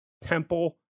Temple